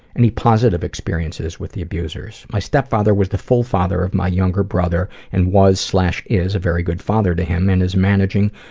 any positive experiences with the abusers? my stepfather was the full father of my younger brother and was slash is a very good father to him and is managing,